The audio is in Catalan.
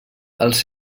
els